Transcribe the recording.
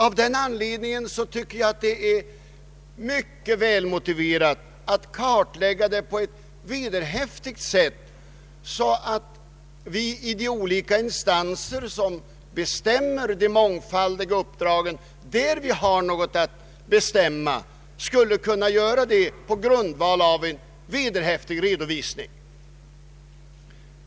Av den anledningen anser jag att en vederhäftig kartläggning av mångsyssleriet är mycket välmotiverad. Därigenom skulle vi som har något att bestämma i de olika instanser som fördelar de mångfaldiga uppdragen kunna göra det på grundval av en vederhäftig redovisning.